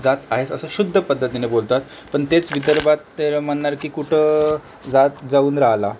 जात आहेस असं शुद्ध पद्धतीने बोलतात पण तेच विदर्भात म्हणणार की कुठं जात जाऊन राहिला